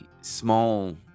small